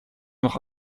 noch